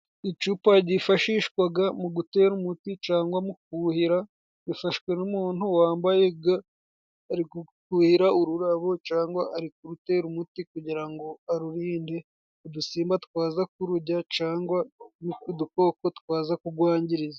Icupa ryifashishwa mu gutera umuti cyangwa kuhira, rifashwe n'umuntu wambaye ga, ari gufuhira ururabo cyangwa ari kurutera umuti, kugira ngo arurinde udusimba twaza kururya, cyangwa udukoko twaza kurwangiza.